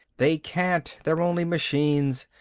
they can't they're only machines.